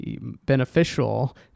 beneficial